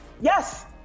Yes